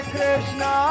Krishna